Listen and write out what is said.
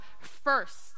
first